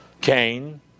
Cain